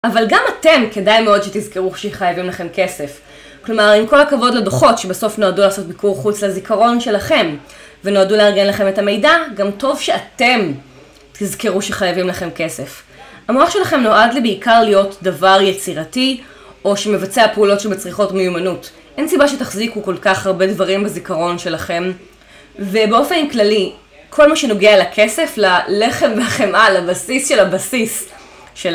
אבל גם אתם, כדאי מאוד שתזכרו שחייבים לכם כסף. כלומר, עם כל הכבוד לדוחות שבסוף נועדו לעשות ביקור חוץ לזיכרון שלכם, ונועדו לארגן לכם את המידע, גם טוב שאתם תזכרו שחייבים לכם כסף. המוח שלכם נועד לבעיקר להיות דבר יצירתי, או שמבצע פעולות שמצריכות מיומנות. אין סיבה שתחזיקו כל כך הרבה דברים בזיכרון שלכם. ובאופן כללי, כל מה שנוגע לכסף, ללחם ולחמאה, לבסיס של הבסיס, של ה